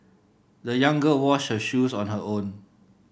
the young girl washed her shoes on her own